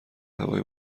هوای